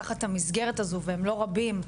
תחת המסגרת הזו והם לא רבים,